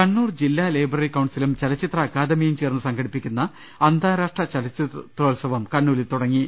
കണ്ണൂർ ജില്ലാ ലൈബ്രറി കൌൺസിലും ചലച്ചിത്ര അക്കാ ദമിയും ചേർന്ന് സംഘടിപ്പിക്കുന്ന അന്താരാഷ്ട്ര ചലച്ചിത്രോ ത്സവം കണ്ണൂരിൽ തുടങ്ങി